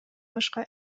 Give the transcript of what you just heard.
башка